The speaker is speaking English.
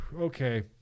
Okay